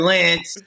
Lance